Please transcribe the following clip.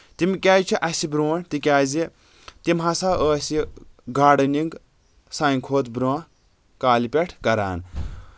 تِم کیازِ چھِ اَسہِ برونٛٹھ تِکیازِ تِم ہسا ٲس یہِ گاڈنِنٛگ سانہِ کھۄتہٕ برونٛہہ کالہِ پؠٹھ کران